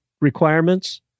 requirements